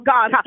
God